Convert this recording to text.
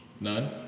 None